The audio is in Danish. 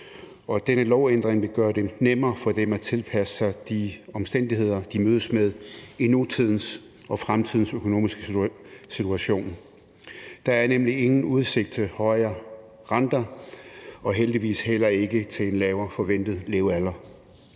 og denne lovændring vil gøre det nemmere for dem at tilpasse sig de omstændigheder, de mødes med i nutidens og fremtidens økonomiske situation. Der er nemlig ingen udsigt til højere renter og heldigvis heller ikke til en lavere forventet levealder.